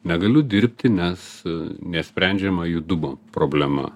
negaliu dirbti nes nesprendžiama judumo problema